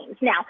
Now